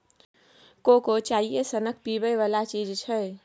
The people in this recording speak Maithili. कोको चाइए सनक पीबै बला चीज छै